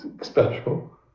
special